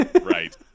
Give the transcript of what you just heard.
Right